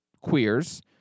queers